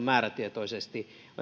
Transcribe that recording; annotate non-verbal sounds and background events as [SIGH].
[UNINTELLIGIBLE] määrätietoisesti